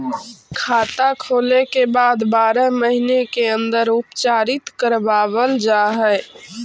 खाता खोले के बाद बारह महिने के अंदर उपचारित करवावल जा है?